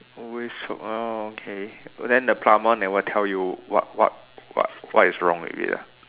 wish oh okay then the plumber never tell you what what what what is wrong with it ah